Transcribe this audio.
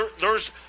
theres